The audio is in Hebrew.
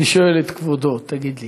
אני שואל את כבודו: תגיד לי,